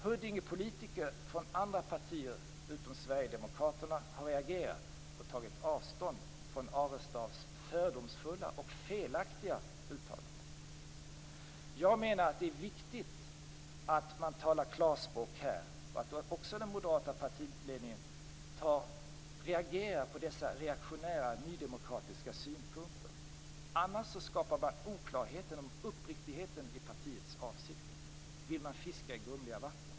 Huddingepolitiker från andra partier utom Sverigedemokraterna har reagerat och tagit avstånd från Arestavs fördomsfulla och felaktiga uttalanden. Jag menar att det är viktigt att man talar klarspråk här och att också den moderata partiledningen reagerar på dessa reaktionära nydemokratiska synpunkter, annars skapas oklarhet om uppriktigheten i partiets avsikter. Vill man fiska i grumliga vatten?